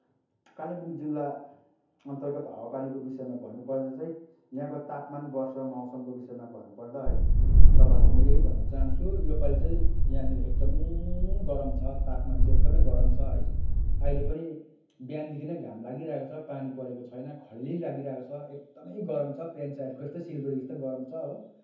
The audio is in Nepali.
कालिम्पोङ जिल्ला अन्तर्गत हावापानीको विषयमा भन्नुपर्दा चाहिँ यहाँको तापमान वर्षा मौसमको विषयमा भन्नुपर्दा है तपाईँहरूलाई म यही भन्न चाहन्छु यो पालि चाहिँ यहाँनिर एकदमै गरम छ तापमान चाहिँ एकदमै गरम छ है अहिले पनि बिहानदेखि नै घाम लागिरहेको छ पानी परेको छैन खडेरी लागिरहेको छ एकदमै गरम छ प्लेन साइडको जस्तै सिलगढीको जस्तो गरम छ हो